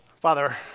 Father